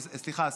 סליחה,